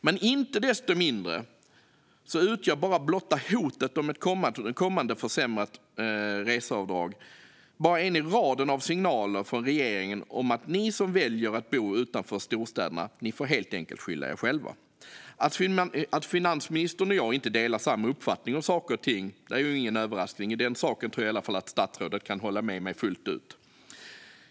Men inte desto mindre utgör bara blotta hotet om ett kommande försämrat reseavdrag bara en i raden av signaler från regeringen om att ni som väljer att bo utanför storstäderna, ni får helt enkelt skylla er själva. Att finansministern och jag inte har samma uppfattning om saker och ting är ingen överraskning. I den saken tror jag i alla fall att statsrådet kan hålla med mig fullt ut.